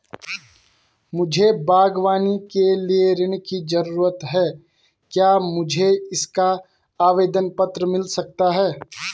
मुझे बागवानी के लिए ऋण की ज़रूरत है क्या मुझे इसका आवेदन पत्र मिल सकता है?